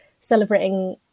celebrating